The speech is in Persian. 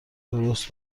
درست